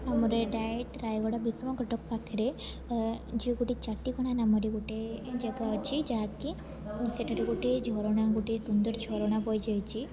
ଆମର ଏ ଡାଏରେକ୍ଟ ରାୟଗଡ଼ା ବିଶ୍ୱକଟକ ପାଖରେ ଯିଏ ଗୋଟେ ଚାଟିକଣା ନାମରେ ଗୋଟେ ଜାଗା ଅଛି ଯାହାକି ସେଠାରେ ଗୋଟେ ଝରଣା ଗୋଟେ ସୁନ୍ଦର ଝରଣା ବହିଯାଇଛି